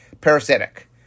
parasitic